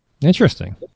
Interesting